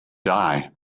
die